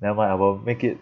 never mind I will make it